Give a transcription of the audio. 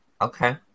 Okay